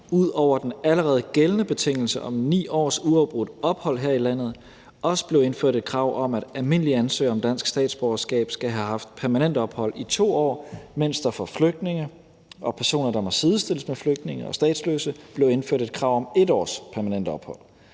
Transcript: ud over den allerede gældende betingelse om 9 års uafbrudt ophold her i landet også blev indført et krav om, at almindelige ansøgere om dansk statsborgerskab skal have haft permanent ophold i 2 år, mens der for flygtninge og personer, der må sidestilles med flygtninge og statsløse, blev indført et krav om 1 års permanent ophold.